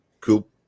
coop